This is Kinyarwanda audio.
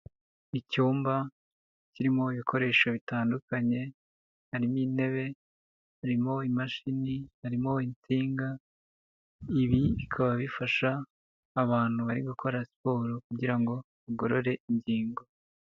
Icyumba kirimo ibikoresho bitandukanye, harimo intebe, harimo imashini, harimo insinga, ibi bikaba bifasha abantu bari gukora siporo kugira ngo bagorore ingingo.